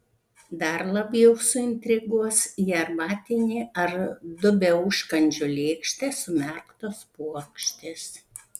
dar labiau suintriguos į arbatinį ar dubią užkandžių lėkštę sumerktos puokštės